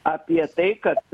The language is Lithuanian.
apie tai kad